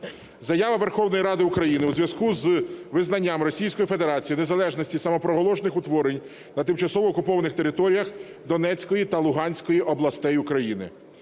Заява Верховної Ради України у зв'язку з визнанням Російською Федерацією незалежності самопроголошених утворень на тимчасово окупованих територіях Донецької та Луганської областей України